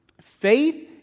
faith